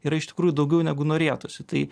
yra iš tikrųjų daugiau negu norėtųsi tai